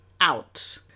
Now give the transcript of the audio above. out